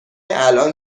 الان